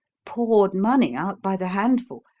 poured money out by the handful,